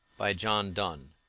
by john donne